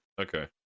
okay